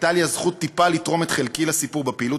הייתה לי הזכות טיפה לתרום את חלקי לסיפור בפעילות